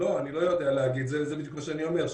לא, אני לא יודע להגיד, זה בדיוק מה שאני אומר.